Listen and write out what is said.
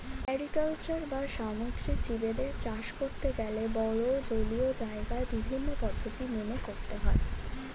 mariculture বা সামুদ্রিক জীবদের চাষ করতে গেলে বড়ো জলীয় জায়গায় বিভিন্ন পদ্ধতি মেনে করতে হয়